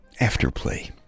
afterplay